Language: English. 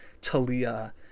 Talia